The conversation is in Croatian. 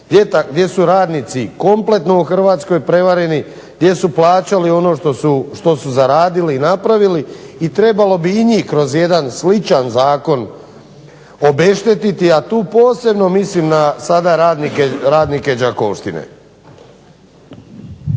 gdje su radnici kompletno u Hrvatskoj prevareni, gdje su plaćali ono što su zaradili i napravili i trebalo bi i njih kroz jedan sličan zakon obeštetiti, a tu posebno mislim na sada radnike Đakovštine.